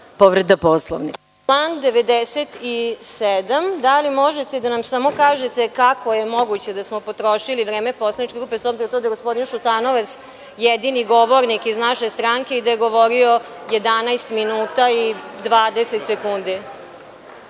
Povređen je član 97. Da li možete samo da nam kažete kako je moguće da smo potrošili vreme poslaničke grupe, s obzirom da je gospodin Šutanovac jedini govornik iz naše stranke i da je govorio 11 minuta i 20 sekundi?